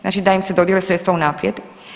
Znači da im se dodijele sredstva unaprijed.